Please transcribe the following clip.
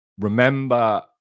remember